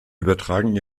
übertragen